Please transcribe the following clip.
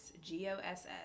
g-o-s-s